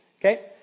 okay